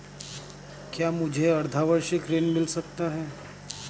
क्या मुझे अर्धवार्षिक ऋण मिल सकता है?